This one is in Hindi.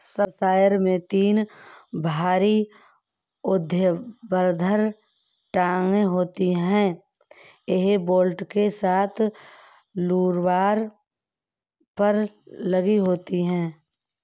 सबसॉइलर में तीन भारी ऊर्ध्वाधर टांगें होती हैं, यह बोल्ट के साथ टूलबार पर लगी होती हैं